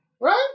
Right